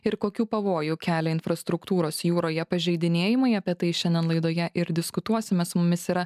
ir kokių pavojų kelia infrastruktūros jūroje pažeidinėjimai apie tai šiandien laidoje ir diskutuosime su mumis yra